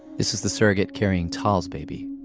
this was the surrogate carrying tal's baby.